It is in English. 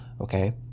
okay